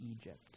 Egypt